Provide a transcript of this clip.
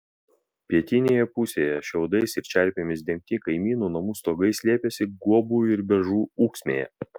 pietinėje pusėje šiaudais ir čerpėmis dengti kaimynų namų stogai slėpėsi guobų ir beržų ūksmėje